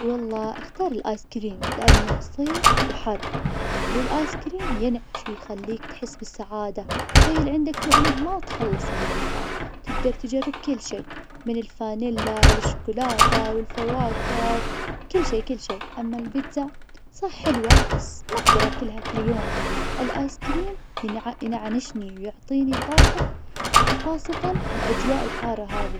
والله أختار الآيس كريم, لأنه صيف وحر, والآيس كريم ينعش ويخليك تحس بالسعادة, تخيل عندك وأنا ما اتخلص مالنكهات, تقدر تجرب كل شي, من الفانيلا للشوكولاتة والفواكها, كل شي كل شي, أما البيتزا, صح حلوة, بس ماقدر أكلها كل يوم, الآيس كريم ينع- ينعنشني ويعطيني طاقة, ك- خاصة في الأجواء الحارة هذي.